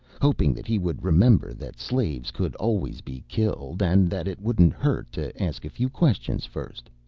hoping that he would remember that slaves could always be killed, and that it wouldn't hurt to ask a few questions first.